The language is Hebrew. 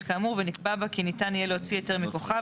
כאמור ונקבע בה כי ניתן יהיה להוציא היתר מכוחה.